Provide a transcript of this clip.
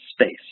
space